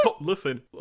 Listen